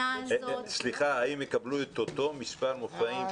האם יקבלו את אותו מספר מופעים,